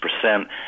percent